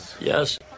yes